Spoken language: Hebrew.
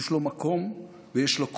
יש לו מקום ויש לו קול.